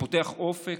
שפותח אופק,